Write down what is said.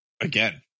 again